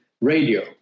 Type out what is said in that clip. radio